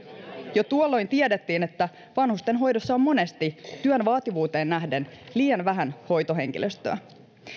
jo tuolloin tiedettiin että vanhustenhoidossa on monesti työn vaativuuteen nähden liian vähän hoitohenkilöstöä